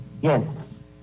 Yes